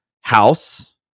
house